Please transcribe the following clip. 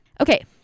okay